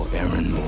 Aaron